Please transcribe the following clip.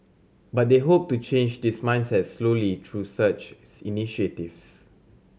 but they hope to change this mindset slowly through such initiatives